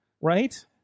right